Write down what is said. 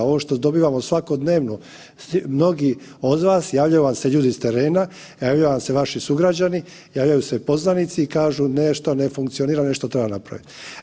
Ovo što dobivamo svakodnevno, mnogima od vas javljaju se ljudi s terena, javljaju vam se vaši sugrađani, javljaju se poznanici i kažu nešto ne funkcionira nešto treba napraviti.